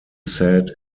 sad